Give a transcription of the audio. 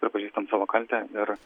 pripažįstam savo kaltę ir